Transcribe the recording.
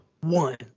one